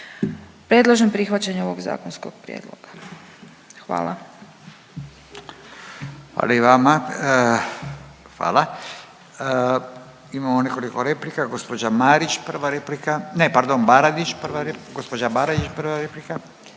Predlažem prihvaćanje ovog zakonskog prijedloga. Hvala. **Radin, Furio (Nezavisni)** Hvala i vama. Hvala. Imamo nekoliko replika. Gospođa Marić prva replika.